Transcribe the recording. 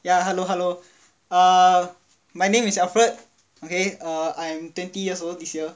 yeah hello hello err my name is Alfred okay err I'm twenty years old this year